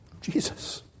Jesus